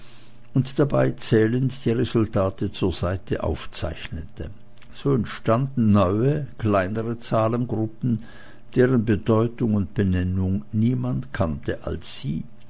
und dabei zählend die resultate zur seite aufzeichnete so entstanden neue kleinere zahlengruppen deren bedeutung und benennung niemand kannte als sie